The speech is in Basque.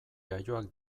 jaioak